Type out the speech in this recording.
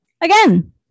Again